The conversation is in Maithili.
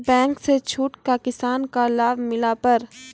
बैंक से छूट का किसान का लाभ मिला पर?